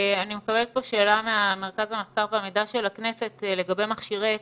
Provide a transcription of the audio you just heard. אני מקבלת פה שאלה ממרכז המחקר והמידע של הכנסת לגבי מכשירי אקמו.